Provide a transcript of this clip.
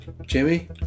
Jimmy